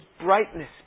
brightness